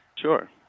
Sure